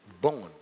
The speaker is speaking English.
born